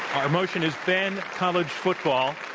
um motion is, ban college football.